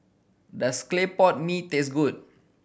does clay pot mee taste good